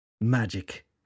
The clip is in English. Magic